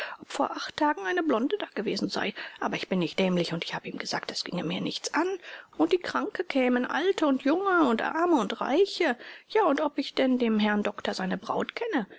vor acht tagen eine blonde dagewesen sei ich aber bin nicht dämlich und habe ihm gesagt das ginge mir nichts an und kranke kämen alte und junge und arme und reiche ja und ob ich denn dem herrn doktor seine braut kenne